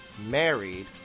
Married